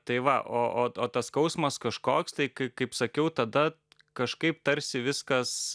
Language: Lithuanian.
tai va o o o tas skausmas kažkoks tai kaip sakiau tada kažkaip tarsi viskas